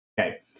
Okay